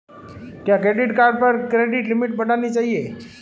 क्या credit card पर credit limit बढ़ानी चाहिए?